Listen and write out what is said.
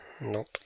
Nope